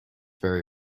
very